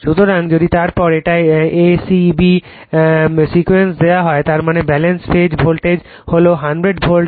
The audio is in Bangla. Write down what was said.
সুতরাং যদি তারপর এটায় a c b সিকোয়েন্স দেওয়া হয় তার মানে ব্যালেন্স ফেজ ভোল্টেজ হল 100 ভোল্ট